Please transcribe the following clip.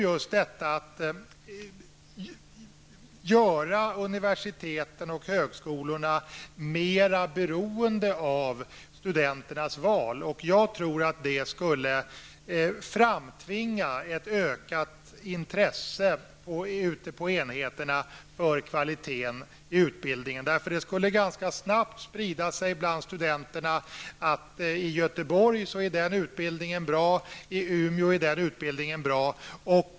Att göra universiteten och högskolorna mera beroende av studenternas val skulle framtvinga ett ökat intresse ute på enheterna för kvalitet i utbildningen. Det skulle ganska snabbt sprida sig bland studenterna vilken utbildning som är bra i Göteborg och vilken som är bra i Umeå.